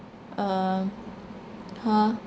um !huh!